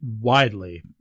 widely